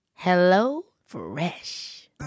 HelloFresh